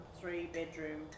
three-bedroom